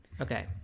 Okay